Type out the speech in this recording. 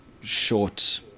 short